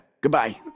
Goodbye